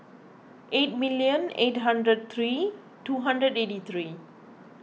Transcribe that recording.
eight million eight hundred three two hundred eighty three